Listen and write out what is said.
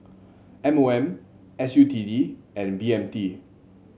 M O M S U T D and B M T